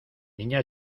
niña